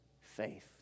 faith